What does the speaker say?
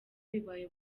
bibaye